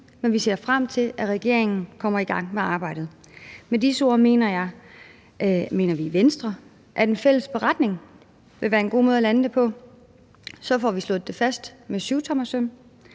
men vi ser frem til, at regeringen kommer i gang med arbejdet. Med disse ord mener vi i Venstre, at en fælles beretning vil være en god måde at lande det på, for så får vi slået fast med syvtommersøm,